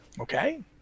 Okay